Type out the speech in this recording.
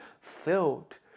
filled